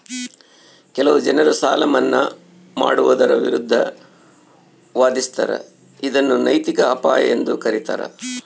ಕೆಲವು ಜನರು ಸಾಲ ಮನ್ನಾ ಮಾಡುವುದರ ವಿರುದ್ಧ ವಾದಿಸ್ತರ ಇದನ್ನು ನೈತಿಕ ಅಪಾಯ ಎಂದು ಕರೀತಾರ